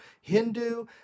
Hindu